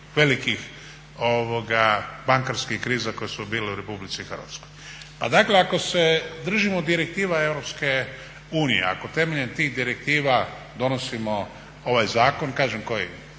velikih bankarskih kriza koje su bile u RH. Pa dakle ako se držimo direktiva EU i ako temeljem tih direktiva donosimo ovaj zakon koji